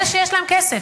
אלה שיש להם כסף,